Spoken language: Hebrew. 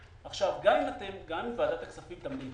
בפתיחתם טרם קריסתם כלכלית,